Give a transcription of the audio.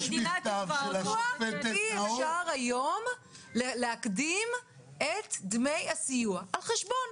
--- מדוע אי-אפשר היום להקדים את דמי הסיוע על החשבון?